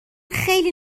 خیلی